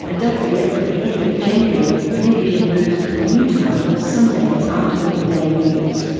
and don't forget from the end of january, rear vision moves to the new time of sunday after the midday news.